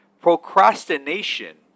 procrastination